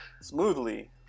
Smoothly